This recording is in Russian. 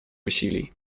усилий